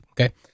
okay